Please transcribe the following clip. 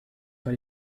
par